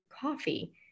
coffee